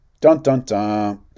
Dun-dun-dun